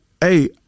Hey